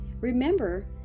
Remember